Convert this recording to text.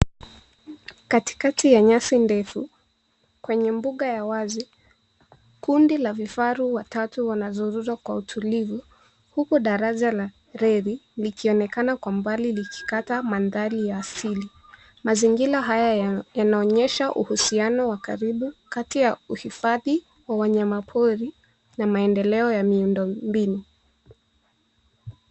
Katikati ya nyasi ndefu kwenye mbuga ya wazi kundi la vifaru watatu wanazurura kwa utulivu huku daraja la reli likionekana kwa umbali likikata mandhari ya asili. Mazingira haya yanaonyesha uhusiano wa karibu kati ya uhifadhi wa wanyama pori na maendeleo ya miund mbinu.